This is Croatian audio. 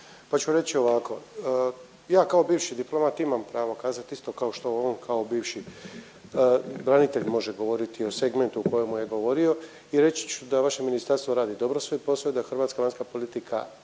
pa ću reći ovako. Ja kao bivši diplomat imam pravo kazat isto kao što o ovom kao bivši branitelj može govoriti o segmentu o kojemu je govorio i reći ću da vaše ministarstvo radi dobro svoj posao i da je hrvatska vanjska politika